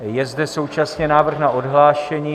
Je zde současně návrh na odhlášení.